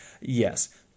yes